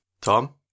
Tom